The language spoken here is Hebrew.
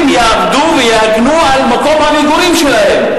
אנשים יעבדו ויגנו על מקום המגורים שלהם.